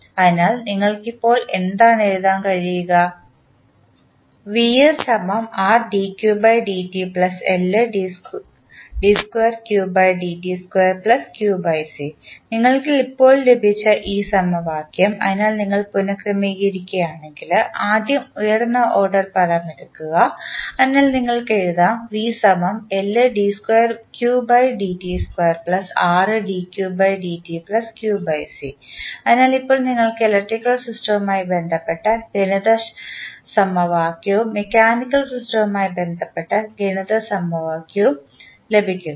അതിനാൽ നിങ്ങൾക്ക് ഇപ്പോൾ എന്താണ് എഴുതാൻ കഴിയുക നിങ്ങൾക്ക് ഇപ്പോൾ ലഭിച്ച ഈ സമവാക്യം അതിനാൽ നിങ്ങൾ പുന ക്രമീകരിക്കുകയാണെങ്കിൽ ആദ്യം ഉയർന്ന ഓർഡർ പദം എടുക്കുക അതിനാൽ നിങ്ങൾക്ക് എഴുതാം അതിനാൽ ഇപ്പോൾ നിങ്ങൾക്ക് ഇലക്ട്രിക്കൽ സിസ്റ്റവുമായി ബന്ധപ്പെട്ട ഗണിത സമവാക്യവും മെക്കാനിക്കൽ സിസ്റ്റവുമായി ബന്ധപ്പെട്ട ഗണിത സമവാക്യവും ഉണ്ട്